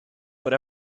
but